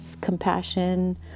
compassion